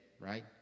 right